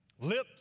lips